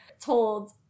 told